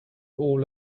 all